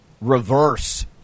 reverse